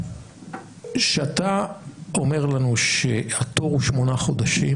כשאתה אומר לנו שהתור הוא שמונה חודשים